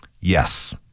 Yes